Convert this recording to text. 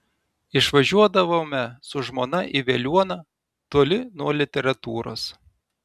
išvažiuodavome su žmona į veliuoną toli nuo literatūros